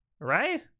right